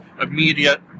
Immediate